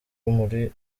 muri